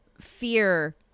Fear